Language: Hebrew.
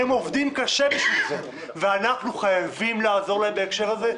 הם עובדים קשה בשביל זה ואנחנו חייבים לעזור להם בהקשר הזה,